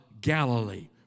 Galilee